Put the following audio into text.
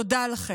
תודה לכם,